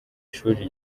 ishuri